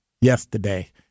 yesterday